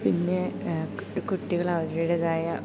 പിന്നെ കുട്ടികൾ അവരുടേതായ